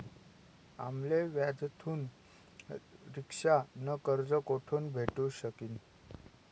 आम्ले व्याजथून रिक्षा न कर्ज कोठून भेटू शकीन